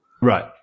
Right